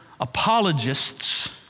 apologists